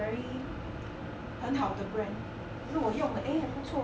very 很好的 brand 可是我用了 eh 还不错